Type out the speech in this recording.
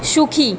সুখী